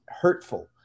hurtful